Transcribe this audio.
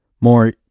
more